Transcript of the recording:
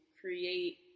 create